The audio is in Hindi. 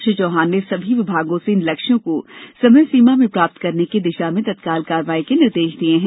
श्री चौहान ने सभी विभागों से इन लक्ष्यों को समय सीमा में प्राप्त करने की दिशा में तत्काल कार्यवाही के निर्देश दिये है